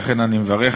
לכן אני מברך